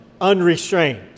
unrestrained